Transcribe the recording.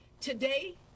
Today